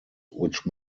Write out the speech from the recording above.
which